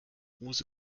hose